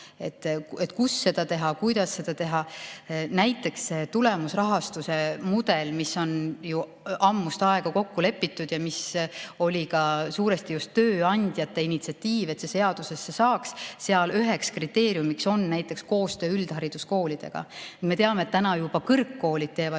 et kus ja kuidas seda teha. Tulemusrahastuse mudelis, mis on ju ammu aega tagasi kokku lepitud ja mis oli suuresti just tööandjate initsiatiiv, et see seadusesse saaks, üheks kriteeriumiks on näiteks koostöö üldhariduskoolidega. Me teame, et juba praegu kõrgkoolid teevad